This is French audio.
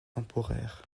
temporaire